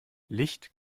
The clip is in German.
licht